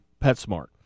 PetSmart